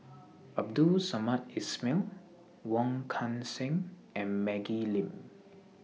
Abdul Samad Ismail Wong Kan Seng and Maggie Lim